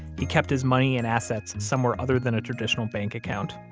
he kept his money in assets somewhere other than a traditional bank account.